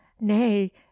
nay